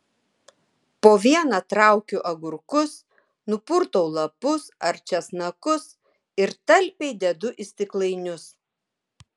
po vieną traukiu agurkus nupurtau lapus ar česnakus ir talpiai dedu į stiklainius